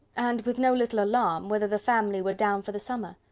and, with no little alarm, whether the family were down for the summer?